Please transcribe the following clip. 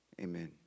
Amen